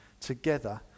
together